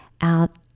out